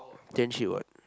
ten shit what